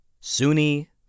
Sunni